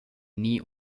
nie